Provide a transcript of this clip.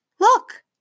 look